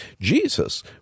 Jesus